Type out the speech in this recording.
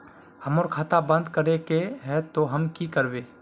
हमर खाता बंद करे के है ते हम की करबे?